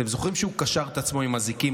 אתם זוכרים שהוא קשר את עצמו עם אזיקים